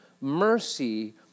mercy